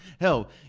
Hell